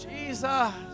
Jesus